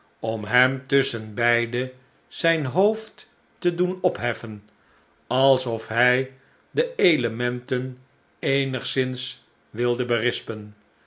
om hem tusschenbeide zijn hoofd te doen opheffen alsof hij de elementen eenigszins wilde berispen